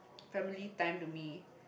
family time to me